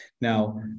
Now